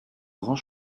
grand